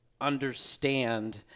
understand